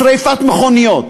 שרפת מכוניות,